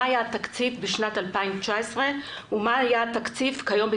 מה היה התקציב בשנת 2019 ומה היה התקציב כיום,